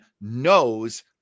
knows